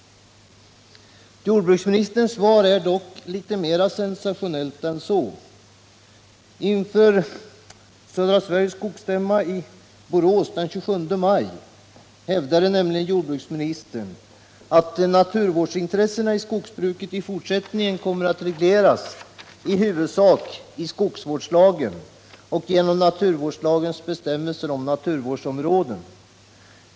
Jordbruksministerns svar är dock litet mer sensationellt än så. Vid 7n Södra Sveriges Skogsägares stämma i Borås den 27 maj hävdade nämligen jordbruksministern att naturvårdsintressena i skogsbruket fortsättningsvis kommer att regleras huvudsakligen i skogsvårdslagen och genom naturvårdslagens bestämmelser om naturvårdsområden.